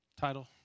Title